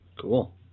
Cool